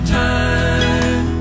time